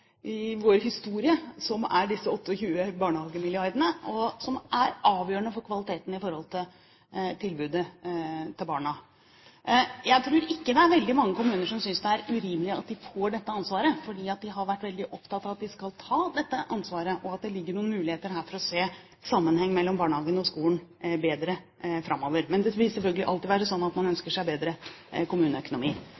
og som er avgjørende for kvaliteten på tilbudet til barna. Jeg tror ikke det er veldig mange kommuner som synes det er urimelig at de får dette ansvaret, fordi de har vært veldig opptatt av at de skal ta dette ansvaret, og fordi det ligger noen muligheter her for å se sammenhengen mellom barnehagene og skolen bedre framover. Men det vil selvfølgelig alltid være sånn at man